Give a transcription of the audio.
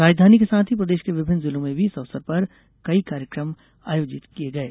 राजधानी के साथ ही प्रदेश के विभिन्न जिलों में भी इस अवसर पर कई कार्यक्रम भी आयोजित किये गये